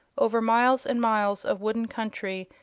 over miles and miles of wooden country,